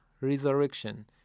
resurrection